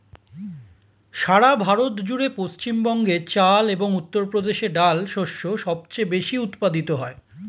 সারা ভারত জুড়ে পশ্চিমবঙ্গে চাল এবং উত্তরপ্রদেশে ডাল শস্য সবচেয়ে বেশী উৎপাদিত হয়